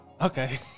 Okay